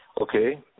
Okay